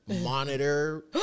Monitor